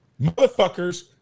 motherfuckers